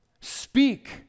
Speak